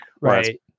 Right